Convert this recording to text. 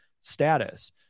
status